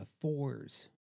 fours